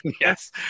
yes